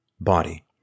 body